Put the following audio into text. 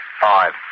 Five